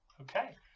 Okay